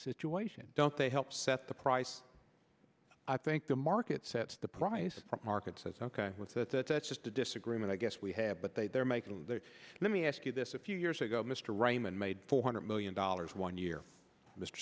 situation don't they help set the price i think the market sets the price for markets as ok with the that's just a disagreement i guess we have but they they're making the let me ask you this a few years ago mr raymond made four hundred million dollars one year mr